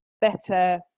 better